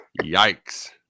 Yikes